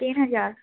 تین ہزار